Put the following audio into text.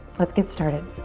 let's get started.